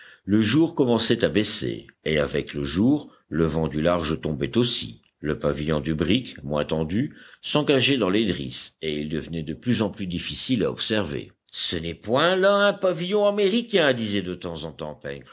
le jour commençait à baisser et avec le jour le vent du large tombait aussi le pavillon du brick moins tendu s'engageait dans les drisses et il devenait de plus en plus difficile à observer ce n'est point là un pavillon américain disait de temps en temps